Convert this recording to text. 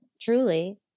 truly